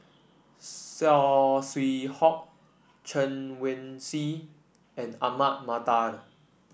Saw Swee Hock Chen Wen Hsi and Ahmad Mattar